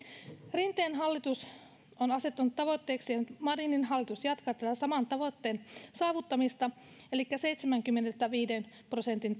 rinteen hallitus on asettanut tavoitteekseen ja marinin hallitus jatkaa saman tavoitteen elikkä seitsemänkymmenenviiden prosentin